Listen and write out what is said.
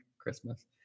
christmas